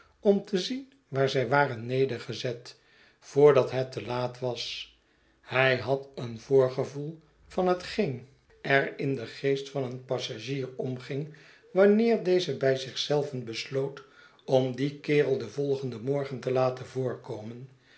om te zien waar zij waren nedergezet voordat het te laat was hij had een voorgevoel van hetgeen er in parlements portretten den geest van een passagier omging wanneer deze by zich zelven besloot om dien kerel den volgenden morgen te laten voorkomen